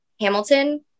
hamilton